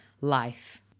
life